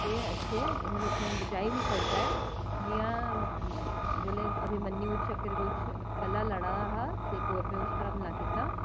एह् अच्छे मनुक्खें गी बचाई बी सकदा ऐ जियां जेल्लै अभिमन्यु चक्रव्यूह बिच कल्ला लड़ा दा हा ते कौरवें उस उप्पर हमला कीता